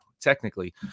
technically